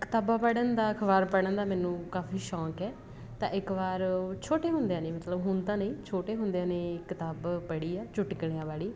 ਕਿਤਾਬਾਂ ਪੜ੍ਹਨ ਦਾ ਅਖ਼ਬਾਰ ਪੜ੍ਹਨ ਦਾ ਮੈਨੂੰ ਕਾਫ਼ੀ ਸ਼ੌਂਕ ਹੈ ਤਾਂ ਇੱਕ ਵਾਰ ਛੋਟੇ ਹੁੰਦਿਆਂ ਨੇ ਮਤਲਬ ਹੁਣ ਤਾਂ ਨਹੀਂ ਛੋਟੇ ਹੁੰਦਿਆਂ ਨੇ ਕਿਤਾਬ ਪੜ੍ਹੀ ਆ ਚੁਟਕਲਿਆਂ ਵਾਲੀ